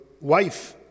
wife